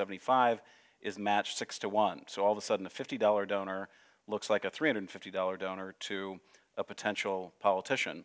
seventy five is matched six to one so all the sudden a fifty dollars donor looks like a three hundred fifty dollars donor to a potential politician